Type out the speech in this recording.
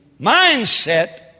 mindset